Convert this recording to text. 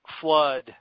flood